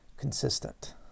consistent